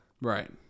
Right